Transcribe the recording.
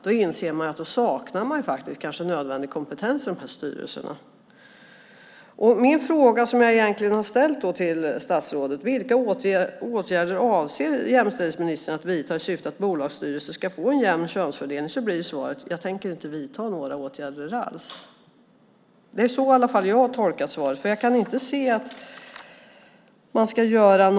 Då inser man att nödvändig kompetens faktiskt saknas i en del av styrelserna. Jag har ställt följande fråga till statsrådet: Vilka åtgärder avser jämställdhetsministern att vidta i syfte att bolagsstyrelser ska få en jämn könsfördelning? Svaret blir att hon inte tänker vidta några åtgärder alls. Det är så jag har tolkat svaret. Jag kan inte se att någonting ska göras.